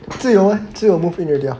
志有志有 eh move in already ah